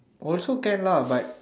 also can lah but